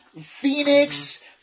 Phoenix